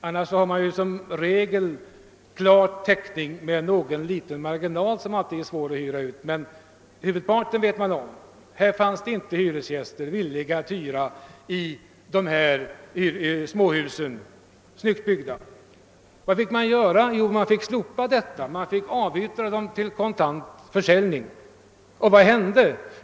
Som regel är ju teckningen klar när husen är färdigbyggda, frånsett någon liten marginal av hus som är svåra att hyra ut. Men här fanns det inte alls personer som var villiga att hyra dessa snyggt byggda småhus. Vad fick man göra? Jo, man fick slopa detta och avyttra husen genom kontant försäljning. Vad hände då?